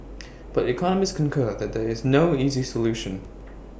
but economists concur that there is no easy solution